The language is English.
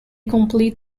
complete